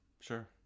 Sure